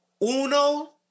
uno